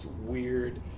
weird